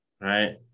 right